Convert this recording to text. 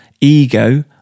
ego